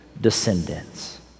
descendants